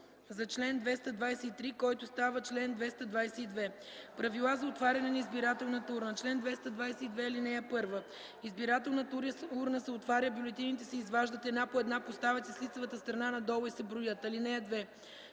за чл. 227, който става чл. 226: „Правила за отваряне на избирателната урна Чл. 226. (1) Избирателната урна се отваря, бюлетините се изваждат една по една, поставят се с лицевата страна надолу и се броят. (2) Когато